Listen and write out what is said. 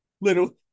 little